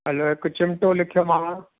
हलो हिकु चिमिटो लिखियोमांव